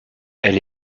elle